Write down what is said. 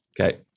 Okay